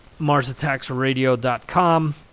MarsAttacksRadio.com